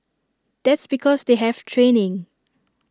that's because they have training